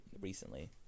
recently